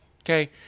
Okay